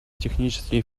технические